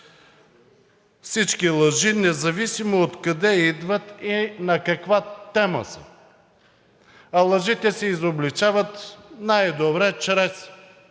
всички лъжи, независимо откъде идват и на каква тема са, а лъжите се изобличават най-добре чрез